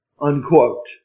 unquote